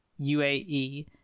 UAE